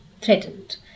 threatened